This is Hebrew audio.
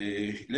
השרון,